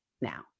now